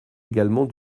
également